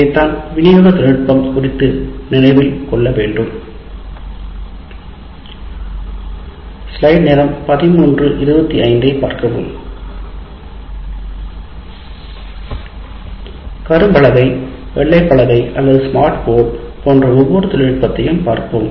இதைத்தான் வினியோக தொழில்நுட்பம் குறித்து நினைவில் கொள்ள வேண்டும் கரும்பலகை வெள்ளை பலகை அல்லது ஸ்மார்ட் போர்டை போன்ற ஒவ்வொரு தொழில்நுட்பத்தையும் பார்ப்போம்